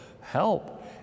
help